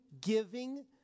giving